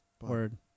Word